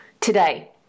Today